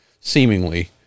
seemingly